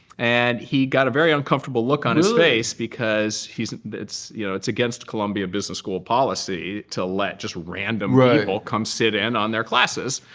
and he got a very uncomfortable look on his face, because it's you know it's against columbia business school policy to let just random right come sit in on their classes.